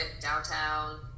downtown